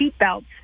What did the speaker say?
seatbelts